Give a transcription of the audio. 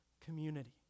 community